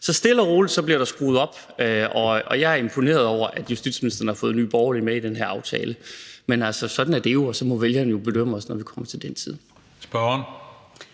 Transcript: stille og roligt skruet op. Og jeg er imponeret over, at justitsministeren har fået Nye Borgerlige med i den her aftale. Men sådan er det, og så må vælgerne jo belønne os, når det kommer til den tid. Kl.